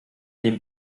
dem